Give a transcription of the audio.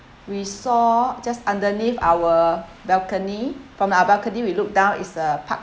we saw just underneath our balcony from our balcony we look down it's a park